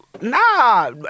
Nah